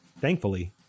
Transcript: Thankfully